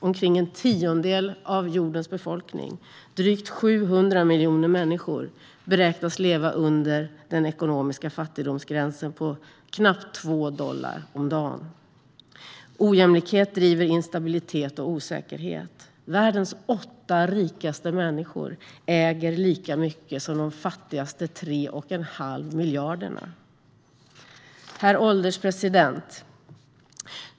Omkring en tiondel av jordens befolkning, drygt 700 miljoner människor, beräknas leva under den ekonomiska fattigdomsgränsen på knappt 2 dollar om dagen. Ojämlikhet driver instabilitet och osäkerhet. Världens åtta rikaste människor äger lika mycket som de fattigaste tre och en halv miljarderna. Herr ålderspresident!